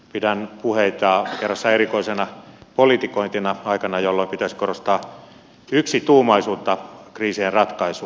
pidän puheita kerrassaan erikoisena politikointina aikana jolloin pitäisi korostaa yksituumaisuutta kriisien ratkaisuun